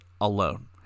alone